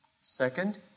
Second